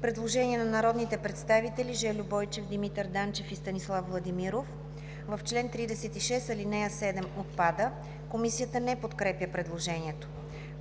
предложение на народните представители Жельо Бойчев, Димитър Данчев и Станислав Владимиров: „В чл. 36 ал. 7 отпада“. Комисията не подкрепя предложението.